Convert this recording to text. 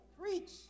preach